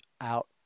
out